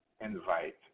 Invite